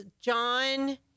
John